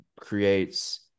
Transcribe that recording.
creates